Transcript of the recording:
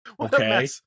Okay